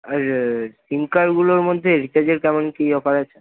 আর সিমকার্ডগুলোর মধ্যে রিচার্জের কেমন কী অফার আছে